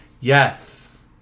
Yes